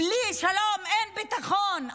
בלי שלום אין ביטחון.